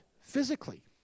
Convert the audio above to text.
physically